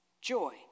joy